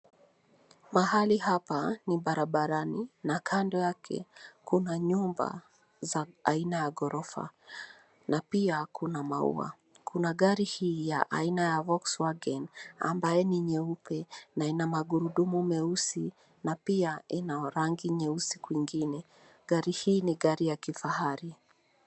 Mahali hapa ni barabarani na kando yake kuna nyumba za aina ya ghorofa na pia kuna maua, kuna gari hii aina ya Volks Wagen ambayo ni nyeupe na ina magurudumu meusi na pia ina rangi nyeusi kwingine, gari hii ni gari ya kifahari.